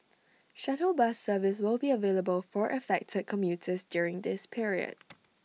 shuttle bus service will be available for affected commuters during this period